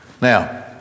Now